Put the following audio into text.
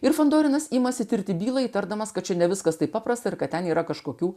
ir vanduo grynas imasi tirti bylą įtardamas kad ne viskas taip paprasta ir kad ten yra kažkokių